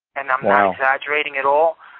and um wow. exaggerating at all.